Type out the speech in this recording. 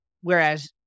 whereas